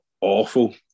awful